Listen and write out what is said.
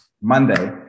Monday